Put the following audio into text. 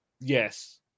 yes